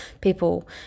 people